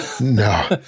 No